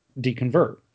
deconvert